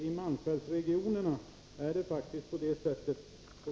I malmfältsregionen förhåller det sig faktiskt på det här sättet.